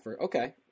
Okay